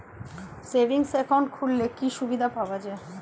Savings account খুললে কি সুবিধা পাওয়া যায়?